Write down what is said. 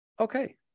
Okay